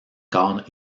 cadre